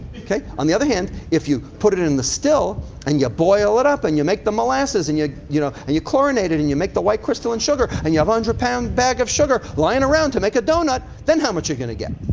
on the other hand, if you put it it in the still and you boil it up and you make the molasses and you you know you chlorinate it and you make the white crystalline sugar and you have a hundred pound bag of sugar lying around to make a donut, then how much you gonna get?